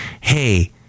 hey